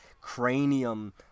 cranium